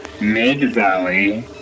Mid-Valley